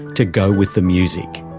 to go with the music